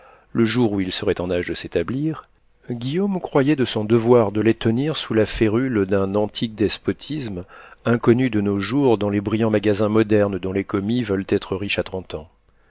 le jour où ils seraient en âge de s'établir guillaume croyait de son devoir de les tenir sous la férule d'un antique despotisme inconnu de nos jours dans les brillants magasins modernes dont les commis veulent être riches à trente ans